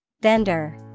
Vendor